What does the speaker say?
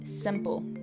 simple